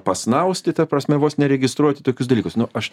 pasnausti ta prasme vos ne registruoti tokius dalykus nu aš